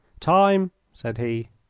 time! said he.